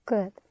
Good